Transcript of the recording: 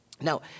Now